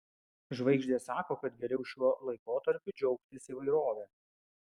žvaigždės sako kad geriau šiuo laikotarpiu džiaugtis įvairove